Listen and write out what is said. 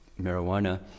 marijuana